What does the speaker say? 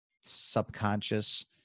subconscious